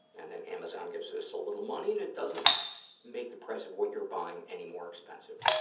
and then amazon gives us a little money and it doesn't make the price of what you're buying any more expensive.